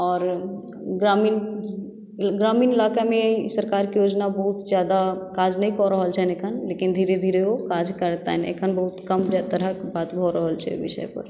आओर ग्रामीण ग्रामीण इलाकामे सरकारक योजना बहुत ज्यादा काज नहि कऽ रहल छनि अखन लेकिन धीरे धीरे ओ काज करतनि अखन बहुत तरहक बात भऽ रहल छै ओहि विषयपर